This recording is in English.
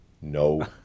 No